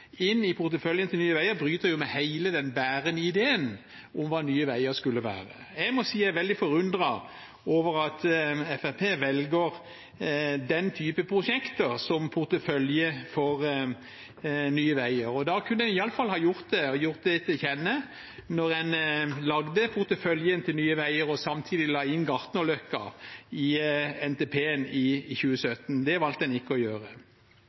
inn i porteføljen til Nye Veier bryter jo med hele den bærende ideen om hva Nye Veier skulle være. Jeg må si jeg er veldig forundret over at Fremskrittspartiet velger den typen prosjekter som portefølje for Nye Veier. Da kunne en iallfall ha gjort det, og gitt det til kjenne, da en lagde porteføljen til Nye Veier, og samtidig lagt inn Gartnerløkka i NTP-en i 2017. Det valgte en ikke å gjøre.